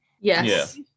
Yes